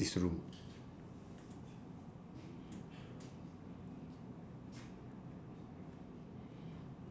this room